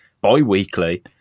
bi-weekly